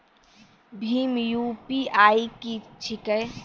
भीम UPI की छीके?